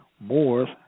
Moors